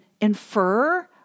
infer